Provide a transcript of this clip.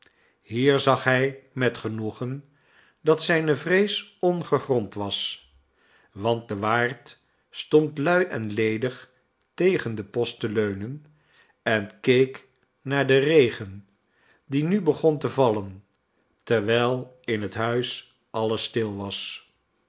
hier zag hij met genoegen dat zijne vrees ongegrond was want de waard stond lui en ledig tegen den post te leunen en keek naar den regen die nu begon te vallen terwijl in het huis alles stil was